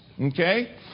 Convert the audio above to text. Okay